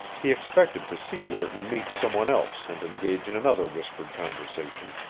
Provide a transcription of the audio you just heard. he expected to see lerton meet some one else and engage in another whispered conversation,